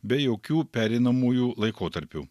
be jokių pereinamųjų laikotarpių